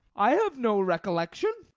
i have no recollection.